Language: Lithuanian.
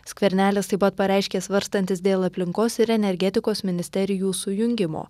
skvernelis taip pat pareiškė svarstantis dėl aplinkos ir energetikos ministerijų sujungimo